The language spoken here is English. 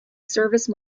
service